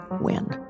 win